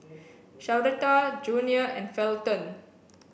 Sharita Junior and Felton